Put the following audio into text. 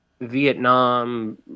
Vietnam